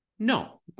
No